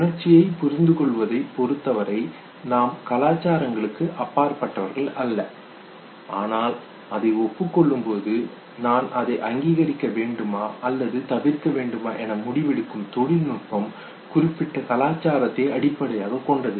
உணர்ச்சியைப் புரிந்துகொள்வதைப் பொறுத்தவரை நாம் கலாச்சாரங்களுக்கு அப்பாற்பட்டவர்கள் அல்ல ஆனால் அதை ஒப்புக்கொள்ளும் பொழுது நான் அதை அங்கீகரிக்க வேண்டுமா அல்லது தவிர்க்க வேண்டுமா என முடிவெடுக்கும் தொழில்நுட்பம் குறிப்பிட்ட கலாச்சாரத்தை அடிப்படையாகக் கொண்டது